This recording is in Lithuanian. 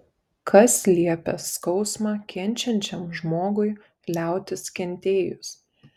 kas liepia skausmą kenčiančiam žmogui liautis kentėjus